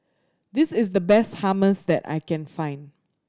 this is the best Hummus that I can find